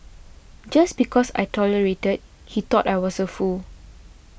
just because I tolerated he thought I was a fool